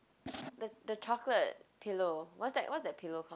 the the chocolate pillow what's that what's that pillow called